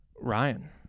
Ryan